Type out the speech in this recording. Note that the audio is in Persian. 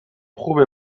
خوبه